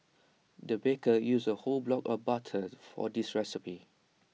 the baker used A whole block of butter for this recipe